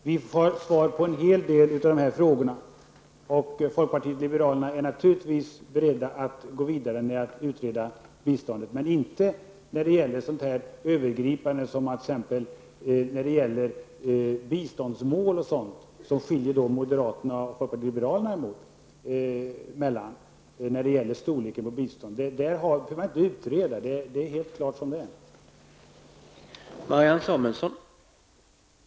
Vi får svar på en hel del frågor. Folkpartiet liberalerna är naturligtvis beredda att gå vidare med att utreda biståndet men inte att göra en övergripande utredning om biståndsmål och sådana saker. Det finns skillnader mellan moderaterna och folkpartiet liberalerna i fråga om storleken på biståndet, men det behöver inte utredas. Det är helt klart som det är.